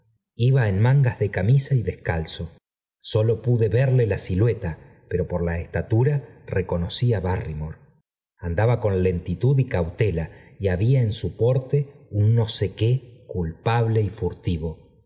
iba en mangas de camisa y descalzo sólo pude verle la silueta pero por la estatura reconocí á barrymore andaba con lentitud y cautela y había en su porte un no sé qué culpable y furtivo